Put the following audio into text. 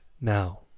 Now